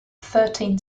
thirteen